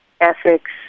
ethics